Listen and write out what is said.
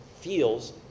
feels